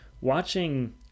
watching